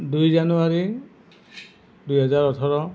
দুই জানুৱাৰী দুহেজাৰ ওঠৰ